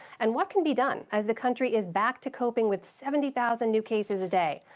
and what can be done as the country is back to coping with seventy thousand new cases a day.